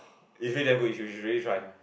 it feels damn good you should really try